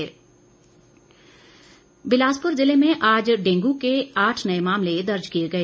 डेंग् बिलासपुर जिले में आज डेंगू के आठ नए मामले दर्ज किए गए